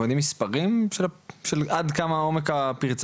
אנחנו יודעים מספרים של עד כמה עומק הפרצה